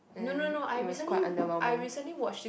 no no no I recently w~ I recently watch this